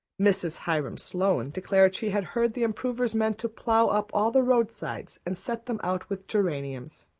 mrs. hiram sloane declared she had heard the improvers meant to plough up all the roadsides and set them out with geraniums.